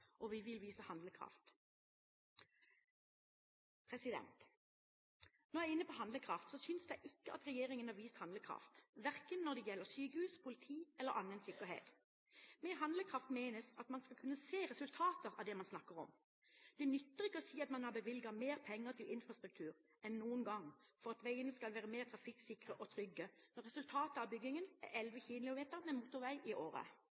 og vi vil vise handlekraft. Når jeg er inne på handlekraft, så synes jeg ikke at regjeringen har vist handlekraft, verken når det gjelder sykehus, politi eller annen sikkerhet. Med handlekraft menes at man skal kunne se resultater av det man snakker om. Det nytter ikke å si at man har bevilget mer penger til infrastruktur enn noen gang for at veiene skal være mer trafikksikre og trygge, når resultatet av byggingen er 11 km med motorvei i året.